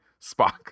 spock